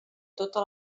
tota